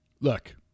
Look